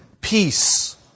peace